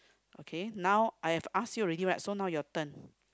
okay now I've ask you already right so now your turn